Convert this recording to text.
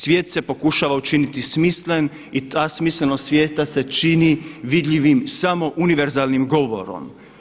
Svijet se pokušava učiniti smislen i ta smislenost svijeta se čini vidljivim samo univerzalnim govorom.